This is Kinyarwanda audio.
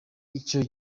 icyo